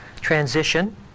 transition